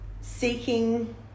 seeking